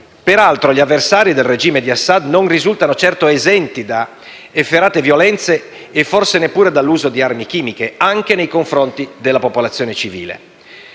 Peraltro, gli avversari del regime di Assad non risultano certo esenti da efferate violenze e forse neppure dall'uso di armi chimiche, anche nei confronti della popolazione civile.